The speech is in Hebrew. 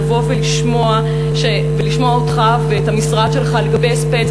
לבוא ולשמוע אותך ואת המשרד שלך לגבי הספד?